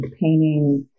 paintings